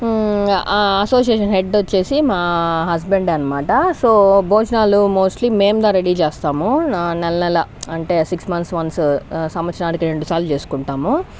ఆ association head వచ్చేసి మా హస్బెండే అనమాట సో భోజనాలు మోస్ట్లీ మేమే రెడీ చేస్తాము ఆ నెల నెల అంటే సిక్స్ మంత్స్ వన్స్ సంవత్సరానికి రెండుసార్లు చేసుకుంటాము